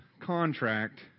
contract